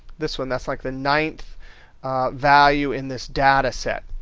this one. that's like the ninth value in this data set.